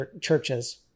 churches